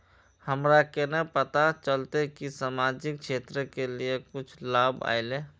हमरा केना पता चलते की सामाजिक क्षेत्र के लिए कुछ लाभ आयले?